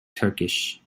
turkish